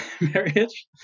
marriage